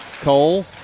Cole